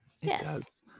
Yes